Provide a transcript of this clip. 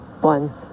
one